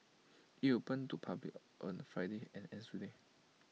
IT opened to public on Friday and ends today